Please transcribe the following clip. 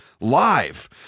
live